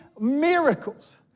miracles